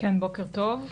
בוקר טוב.